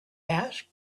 asked